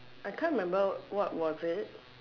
I can't remember what was it